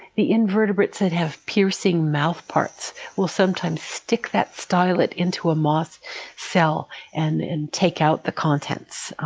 the invertebrates that have piercing mouthparts will sometimes stick that stylet into a moss cell and and take out the contents.